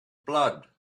blood